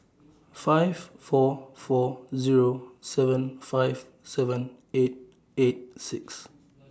five four four Zero seven five seven eight eight six